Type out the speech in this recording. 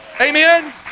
Amen